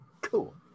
Cool